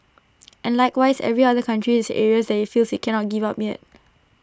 and likewise every other country has areas that IT feels IT cannot give up yet